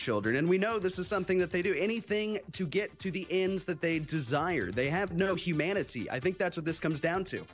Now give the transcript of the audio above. children and we know this is something that they do anything to get to the ends that they desire they have no humanity i think that's what this comes down to